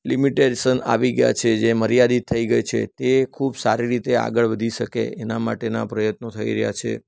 limitation આવી ગયાં છે જે મર્યાદિત થઈ ગઈ છે તે ખૂબ સારી રીતે આગળ વધી શકે એના માટેના પ્રયત્નો થઈ રહ્યા છે